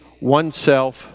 oneself